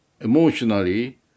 emotionally